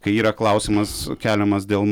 kai yra klausimas keliamas dėl